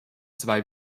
zwei